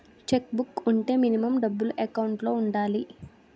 Check book వుంటే minimum డబ్బులు account లో ఉండాలి?